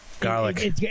Garlic